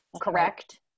Correct